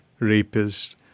rapists